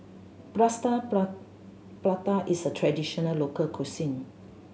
Plaster Prata is a traditional local cuisine